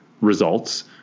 results